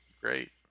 Great